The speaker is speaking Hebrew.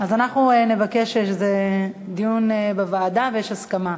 אז אנחנו נבקש דיון בוועדה ויש הסכמה.